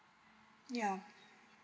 yeah